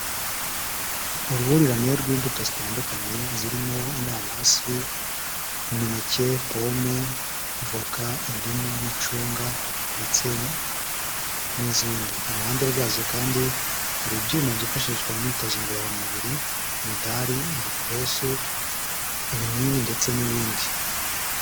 Uruhurirane rw'imbuto zitandukanye, zirimo inanasi, imineke, pome, voka, indimu n'icunga ndetse n'izindi. Iruhande rwazo kandi, hari ibyuma byifashishwa mu myitozo ngororamubiri, imidari, ibipesu, ibinini ndetse n'ibindi.